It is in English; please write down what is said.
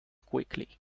quickly